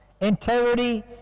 integrity